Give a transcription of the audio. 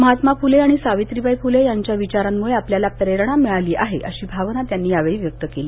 महात्मा फुले आणि सावित्रीबाई फुले यांच्या विचारामुळे आपल्याला प्रेरणा मिळाली आहे अशी भावना त्यांनी यावेळी व्यक्त केली